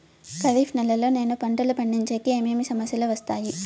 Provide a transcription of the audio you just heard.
ఖరీఫ్ నెలలో నేను పంటలు పండించేకి ఏమేమి సమస్యలు వస్తాయి?